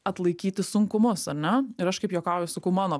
atlaikyti sunkumus ar ne ir aš kaip juokauju sakau mano